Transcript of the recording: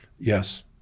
Yes